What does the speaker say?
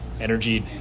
energy